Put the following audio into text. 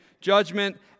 judgment